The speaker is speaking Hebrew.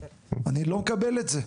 אני לא מקבל את זה.